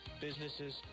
businesses